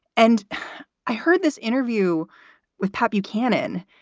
and i heard this interview with pat buchanan,